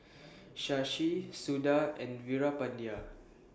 Shashi Suda and Veerapandiya